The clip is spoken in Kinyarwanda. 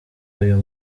uyu